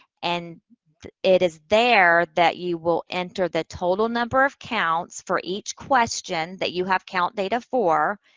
and it is there that you will enter the total number of counts for each question that you have count data for